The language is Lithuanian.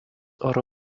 oro